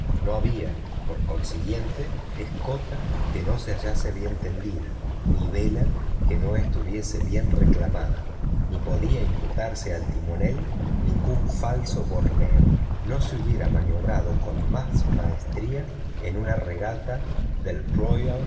no había por consiguiente escota que no se hallase bien tendida ni vela que no estuviese bien reclamada ni podía imputarse al timonel ningún falso borneo no se hubiera maniobrado con más maestría en una regata del